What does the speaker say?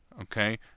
Okay